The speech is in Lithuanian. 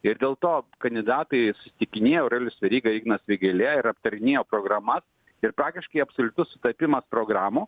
ir dėl to kandidatai susitikinėjo aurelijus veryga ignas vėgėlė ir aptarinėjo programas ir praktiškai absoliutus sutapimas programų